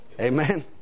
Amen